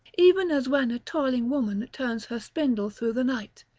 even as when a toiling woman turns her spindle through the night,